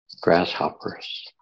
grasshoppers